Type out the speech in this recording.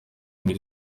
rimwe